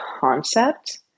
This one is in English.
concept